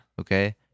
Okay